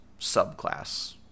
subclass